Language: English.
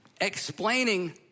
Explaining